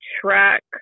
track